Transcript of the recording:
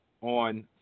on